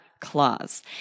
clause